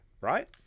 right